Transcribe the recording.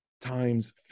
times